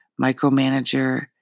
micromanager